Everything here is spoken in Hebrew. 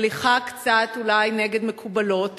הליכה קצת אולי נגד מקובלות,